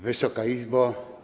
Wysoka Izbo!